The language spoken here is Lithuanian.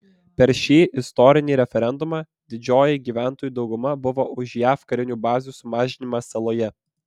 per šį istorinį referendumą didžioji gyventojų dauguma buvo už jav karinių bazių sumažinimą saloje